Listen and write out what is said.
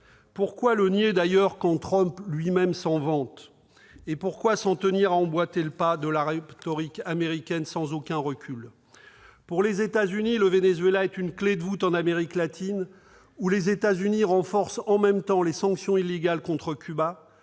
Pourquoi le nier quand Donald Trump, lui-même, s'en vante ? Et pourquoi s'en tenir à emboîter le pas à la rhétorique américaine sans prendre aucun recul ? Pour les États-Unis, le Venezuela est une clé de voûte en Amérique latine, où, en même temps, ils renforcent les sanctions illégales contre Cuba,